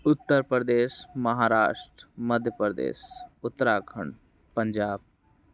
Uttar Pradesh Maharashtra Madhya Pradesh Uttarakhand Punjab